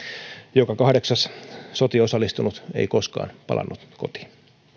joka kahdeksas sotiin osallistunut ei koskaan palannut kotiin